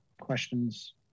questions